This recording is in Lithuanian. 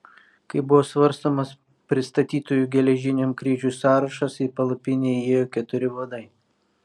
kai buvo svarstomas pristatytųjų geležiniam kryžiui sąrašas į palapinę įėjo keturi vadai